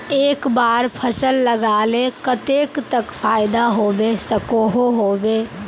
एक बार फसल लगाले कतेक तक फायदा होबे सकोहो होबे?